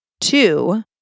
Two